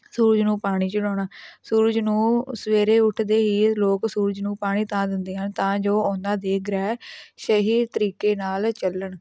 ਸੂਰਜ ਨੂੰ ਪਾਣੀ ਚੜ੍ਹਾਉਣਾ ਸੂਰਜ ਨੂੰ ਸਵੇਰੇ ਉੱਠਦੇ ਹੀ ਲੋਕ ਸੂਰਜ ਨੂੰ ਪਾਣੀ ਤਾਂ ਦਿੰਦੇ ਹਨ ਤਾਂ ਜੋ ਉਹਨਾਂ ਦੇ ਗ੍ਰਹਿ ਸ਼ਹੀ ਤਰੀਕੇ ਨਾਲ਼ ਚੱਲਣ